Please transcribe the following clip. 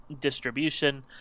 distribution